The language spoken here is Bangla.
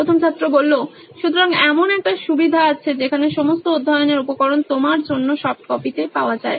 প্রথম ছাত্র সুতরাং এমন একটি সুবিধা আছে যেখানে সমস্ত অধ্যয়নের উপকরণ তোমার জন্য সফট কপিতে পাওয়া যায়